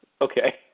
okay